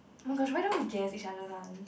oh my gosh why don't we guess each other one